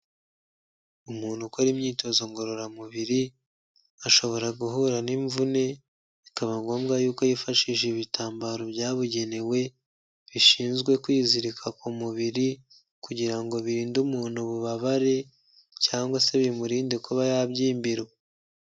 Umuntu ukora imyitozo ngororamubiri ashobora guhura n'imvune, bikaba ngombwa yuko yifashisha ibitambaro byabugenewe, bishinzwe kwizirika ku mubiri kugira ngo birinde umuntu ububabare cyangwa se bimurinde kuba yabyimbirwa.